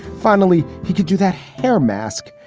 finally, he could do that hair mask.